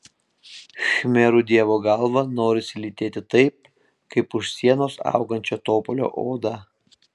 khmerų dievo galvą norisi lytėti taip kaip už sienos augančio topolio odą